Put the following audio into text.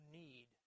need